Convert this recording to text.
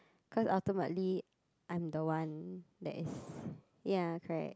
cause ultimately I'm the one that is ya correct